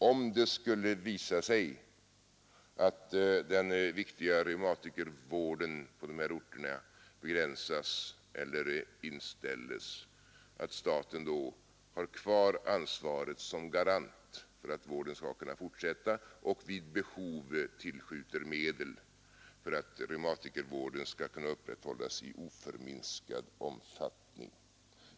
Om det skulle visa sig att den viktiga reumatikervården på de här orterna begränsas eller inställes är det angeläget att staten kvarstår som garant för att vården skall kunna fortsätta och vid behov tillskjuter medel för att reumatikervården skall kunna upprätthållas i oförminskad omfattning.